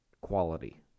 quality